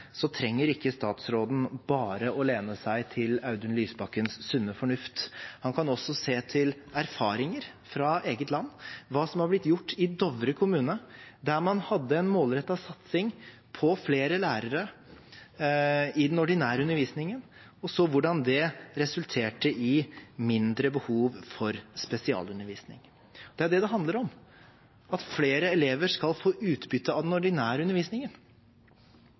trenger ikke statsråden bare å lene seg på Audun Lysbakkens sunne fornuft. Han kan også se til erfaringer fra eget land, se på hva som har blitt gjort i Dovre kommune, der man hadde en målrettet satsing på flere lærere i den ordinære undervisningen, og så hvordan det resulterte i mindre behov for spesialundervisning. Det det handler om, er at flere elever skal få utbytte av den ordinære undervisningen.